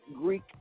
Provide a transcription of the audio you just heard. Greek